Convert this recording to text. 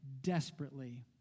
desperately